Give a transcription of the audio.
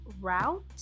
route